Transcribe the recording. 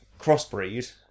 crossbreed